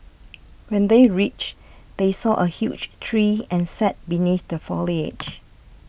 when they reached they saw a huge tree and sat beneath the foliage